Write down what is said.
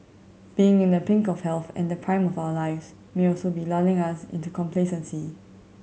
being in the pink of health and the prime of our lives may also be lulling us into complacency